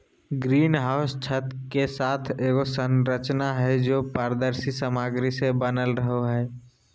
green house छत के साथ एगो संरचना हइ, जे पारदर्शी सामग्री से बनल रहो हइ